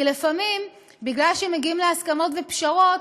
כי לפעמים מפני שמגיעים להסכמות ופשרות